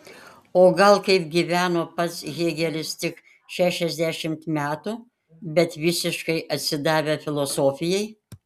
o gal kaip gyveno pats hėgelis tik šešiasdešimt metų bet visiškai atsidavę filosofijai